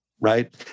Right